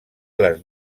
les